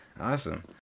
Awesome